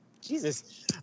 Jesus